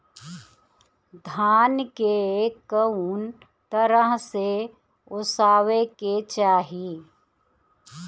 धान के कउन तरह से ओसावे के चाही?